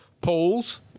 polls